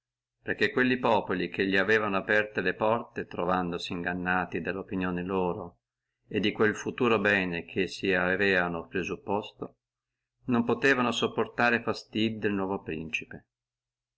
perché quelli populi che li aveano aperte le porte trovandosi ingannati della opinione loro e di quello futuro bene che si avevano presupposto non potevono sopportare e fastidii del nuovo principe